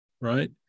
right